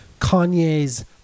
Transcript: Kanye's